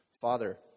Father